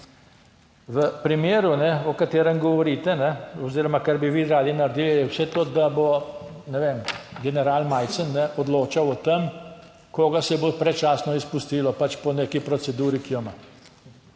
V primeru, o katerem govorite oziroma kar bi vi radi naredili, je vse to, da bo, ne vem, general Majcen odločal o tem, koga se bo predčasno izpustilo, pač po neki proceduri, ki jo ima.